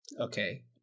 Okay